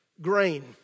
Grain